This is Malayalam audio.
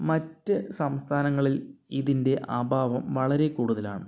മറ്റ് സംസ്ഥാനങ്ങളിൽ ഇതിൻ്റെ അഭാവം വളരെ കൂടുതലാണ്